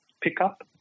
pickup